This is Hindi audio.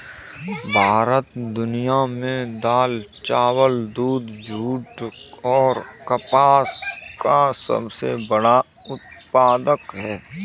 भारत दुनिया में दाल, चावल, दूध, जूट और कपास का सबसे बड़ा उत्पादक है